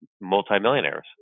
multimillionaires